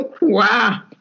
Wow